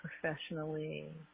professionally